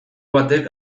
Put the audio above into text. batek